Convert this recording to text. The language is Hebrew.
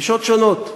גישות שונות.